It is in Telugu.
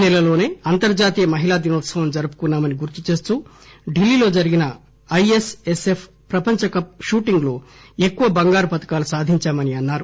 ఈ నెలలోసే అంతర్జాతీయ మహిళాదినోత్సవం జరుపుకున్నామని గుర్తుచేస్తూ ఢిల్లీలో జరిగిన ఐఎస్ ఎస్ ఎఫ్ ప్రపంచ కప్ షూటింగ్ లో ఎక్కువ బంగారు పతకాలు సాధించామని అన్నారు